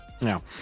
no